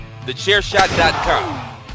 TheChairShot.com